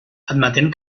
admetent